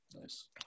nice